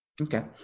Okay